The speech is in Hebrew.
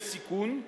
יש סיכון,